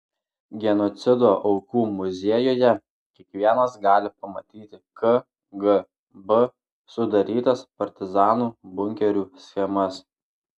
genocido aukų muziejuje kiekvienas gali pamatyti kgb sudarytas partizanų bunkerių schemas